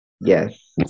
Yes